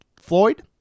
Floyd